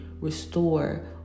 restore